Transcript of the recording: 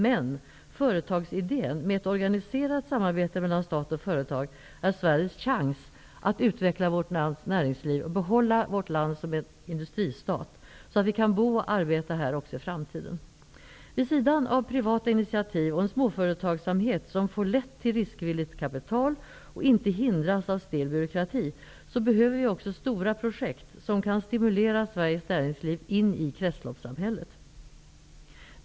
Men företagsidén med ett organiserat samarbete mellan stat och företag är Sveriges chans att utveckla vårt lands näringsliv och behålla vårt land som en industristat, så att vi kan bo och arbeta här också i framtiden. Vid sidan av privata initiativ och en småföretagsamhet som lätt får riskvilligt kapital och inte hindras av stel byråkrati, behöver vi också stora projekt som kan stimulera Sveriges näringsliv in i kretsloppssamhället.